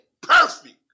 perfect